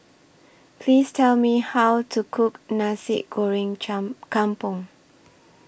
Please Tell Me How to Cook Nasi Goreng Kampung